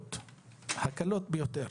פליליות הקלות ביותר,